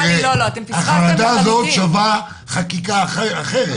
החרדה הזאת שווה חקיקה אחרת,